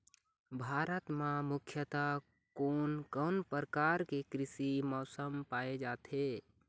भारत म मुख्यतः कोन कौन प्रकार के कृषि मौसम पाए जाथे?